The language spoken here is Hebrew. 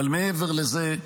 אבל מעבר לזה,